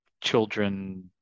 children